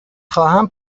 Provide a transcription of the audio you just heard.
خواهم